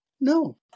No